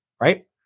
right